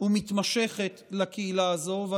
ומתמשכת לקהילה הזאת.